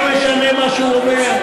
לא משנה מה הוא אומר,